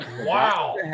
wow